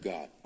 God